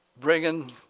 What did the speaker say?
bringing